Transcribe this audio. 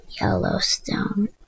Yellowstone